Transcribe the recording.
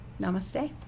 Namaste